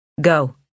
Go